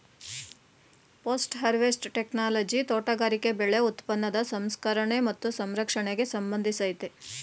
post harvest technology ತೋಟಗಾರಿಕೆ ಬೆಳೆ ಉತ್ಪನ್ನದ ಸಂಸ್ಕರಣೆ ಮತ್ತು ಸಂರಕ್ಷಣೆಗೆ ಸಂಬಂಧಿಸಯ್ತೆ